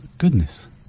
Goodness